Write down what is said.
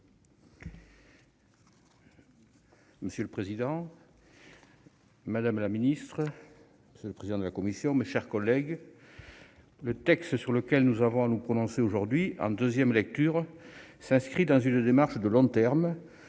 Monsieur le président, madame la secrétaire d'État, mes chers collègues, le texte sur lequel nous avons à nous prononcer aujourd'hui en deuxième lecture s'inscrit dans une démarche de long terme